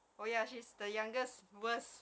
oh ya she's the youngest worse